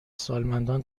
سالمندان